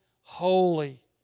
holy